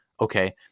okay